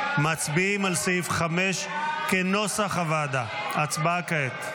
מצביעים על סעיף 5 כנוסח הוועדה, ההצבעה כעת.